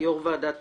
יו"ר ועדת